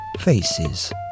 faces